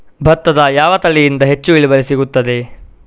ಭತ್ತದ ಯಾವ ತಳಿಯಿಂದ ಹೆಚ್ಚು ಇಳುವರಿ ಸಿಗುತ್ತದೆ?